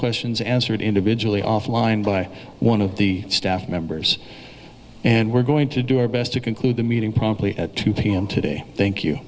questions answered individually offline by one of the staff members and we're going to do our best to conclude the meeting promptly at two p m today thank you